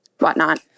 whatnot